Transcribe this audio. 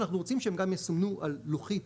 אנחנו רוצים שהם יסומנו גם על לוחית